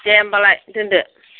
दे होम्बालाय दोनदो